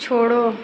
छोड़ो